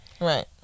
right